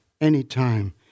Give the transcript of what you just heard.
anytime